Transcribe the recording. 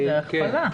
זאת הכפלה.